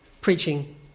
preaching